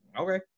okay